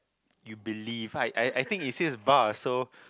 you believe I I think it says bar so